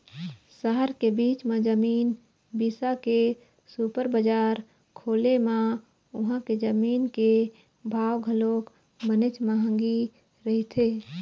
सहर के बीच म जमीन बिसा के सुपर बजार खोले म उहां के जमीन के भाव घलोक बनेच महंगी रहिथे